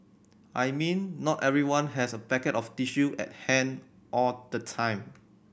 I mean not everyone has a packet of tissue at hand all the time